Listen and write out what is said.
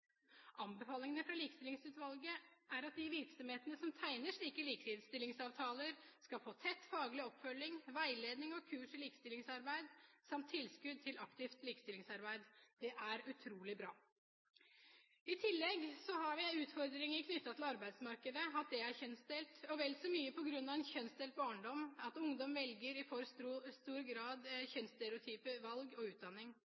Anbefalingene fra Likestillingsutvalget er at de virksomhetene som tegner likestillingsavtaler, skal få tett faglig oppfølging, veiledning og kurs i likestillingsarbeid, samt tilskudd til aktivt likestillingsarbeid. Det er utrolig bra. I tillegg har vi en utfordring knyttet til arbeidsmarkedet, at det er kjønnsdelt. Og det er vel mye på grunn av en kjønnsdelt barndom at ungdom i for stor grad tar kjønnsstereotype valg av utdanning.